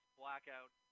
blackout